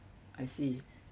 I see